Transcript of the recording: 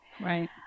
right